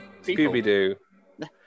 Scooby-Doo